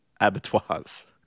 Abattoirs